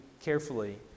carefully